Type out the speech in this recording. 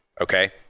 Okay